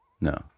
No